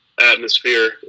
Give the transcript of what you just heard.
atmosphere